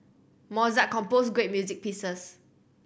Mozart composed great music pieces